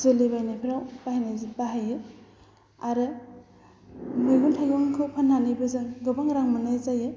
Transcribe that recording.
जोलै बायनायफोराव बाहायो आरो मैगं थाइगंखौ फाननानैबो जों गोबां रां मोननाय जायो